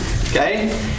Okay